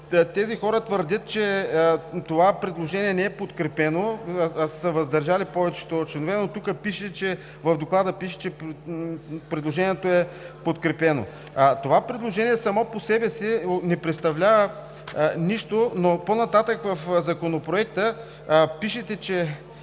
тези хора твърдят, че това предложение не е подкрепено, а са се въздържали повечето членове. Но в Доклада пише, че предложението е подкрепено. Това предложение само по себе си не представлява нищо, но по-нататък в Законопроекта има едно